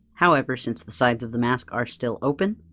however, since the sides of the mask are still open,